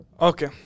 Okay